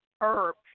herb